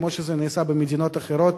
כמו שזה נעשה במדינות אחרות.